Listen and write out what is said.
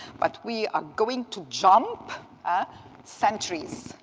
but we are going to jump ah centuries.